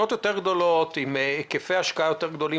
אלה מדינות יותר גדולות עם היקפי השקעה יותר גדולים.